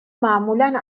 معمولا